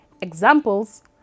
Examples